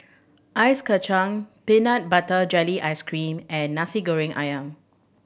ice kacang peanut butter jelly ice cream and Nasi Goreng Ayam